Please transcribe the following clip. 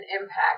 impact